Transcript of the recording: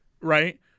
Right